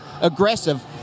aggressive